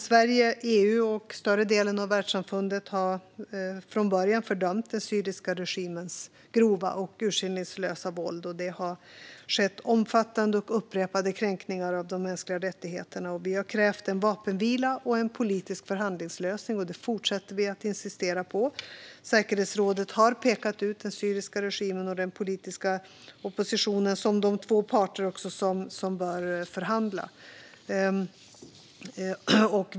Sverige, EU och större delen av världssamfundet har från början fördömt den syriska regimens grova och urskillningslösa våld. Det har skett omfattande och upprepade kränkningar av de mänskliga rättigheterna. Vi har krävt en vapenvila och en politisk förhandlingslösning, och det fortsätter vi att insistera på. Säkerhetsrådet har pekat ut den syriska regimen och den politiska oppositionen som de två parter som bör förhandla.